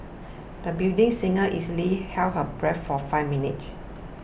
the budding singer easily held her breath for five minutes